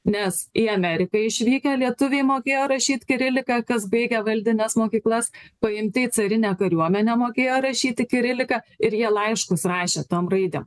nes į ameriką išvykę lietuviai mokėjo rašyt kirilika kas baigė valdines mokyklas paimti į carinę kariuomenę mokėjo rašyti kirilika ir jie laiškus rašė tom raidėm